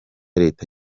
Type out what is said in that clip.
leta